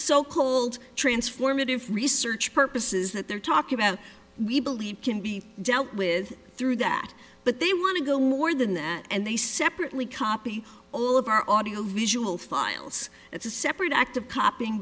so called transformative research purposes that they're talking about we believe can be dealt with through that but they want to go more than that and they separately copy all of our audio visual files that's a separate act of copying